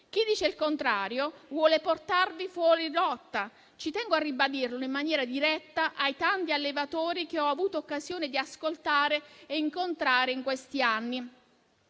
Chi dice il contrario vuole portarvi fuori rotta. Ci tengo a ribadirlo in maniera diretta ai tanti allevatori che ho avuto occasione di ascoltare e incontrare in questi anni.